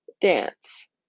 dance